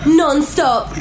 non-stop